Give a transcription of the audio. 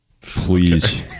Please